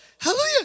Hallelujah